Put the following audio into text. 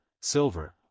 silver